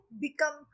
become